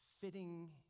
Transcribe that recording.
fitting